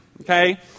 Okay